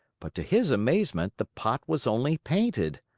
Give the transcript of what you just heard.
but to his amazement the pot was only painted!